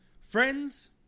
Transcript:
Friends